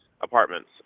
apartments